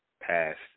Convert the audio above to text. past